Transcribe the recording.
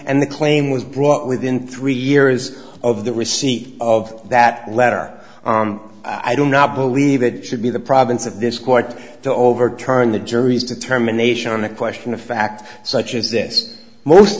the claim was brought within three years of the receipt of that letter i do not believe it should be the province of this court to overturn the jury's determination on a question of fact such as this most